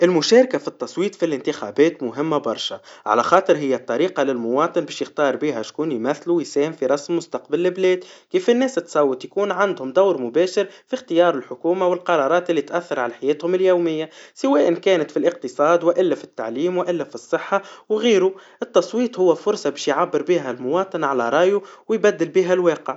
المشاركا في التصويت في الانتخابات مهما برشا, على خاطر هيا طريقا للمواطن باش يختار بيها شكون يمثله ويساهم في رسم مستقبل لبلاد, كيف الناس تصوت يكون عندهم دور مباشر لاختيار الحكوما والقرارات اللي تأثر على حياتهم اليوميا, سواءً كانت في الاقتصاد, وإلا في التعليم, وإلا في الصحا, وغيره, التصويت هوا فرصا باش يعبر بيها المواطن على رأيه, ويبدل بيها الواقع.